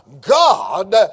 God